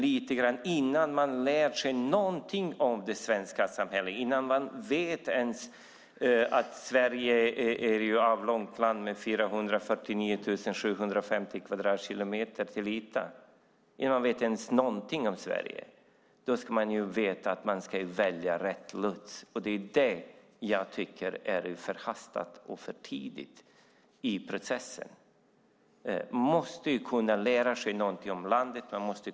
Men innan man lärt sig någonting om Sverige och det svenska samhället, innan man ens vet att Sverige är ett avlångt land med 449 750 kvadratkilometers yta, ska man välja rätt lots. Det är det jag tycker är förhastat. Det kommer för tidigt i processen. Man måste kunna lära sig någonting om landet först.